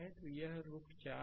तो यह रुख ४ है